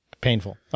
painful